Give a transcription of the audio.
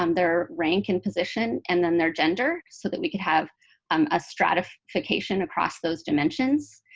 um their rank and position, and then their gender so that we could have um a stratification across those dimensions.